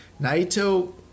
Naito